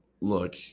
Look